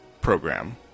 program